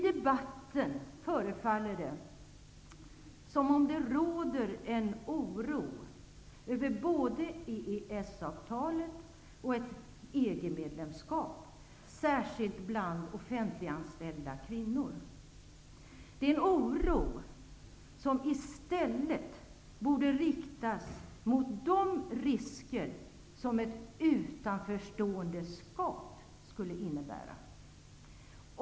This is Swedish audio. Det förefaller i debatten som om det råder en oro över både EES-avtalet och ett EG-medlemskap -- särskilt bland offentliganställda kvinnor. Det är en oro som i stället borde riktas mot de risker som ett utanförståendeskap skulle innebära.